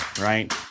right